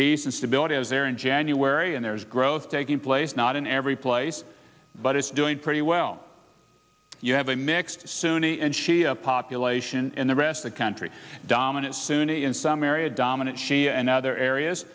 peace and stability is there in january and there's growth taking place not in every place but it's doing pretty well you have a mixed sunni and shia population in the rest the country dominant sunni in some area dominant she and other areas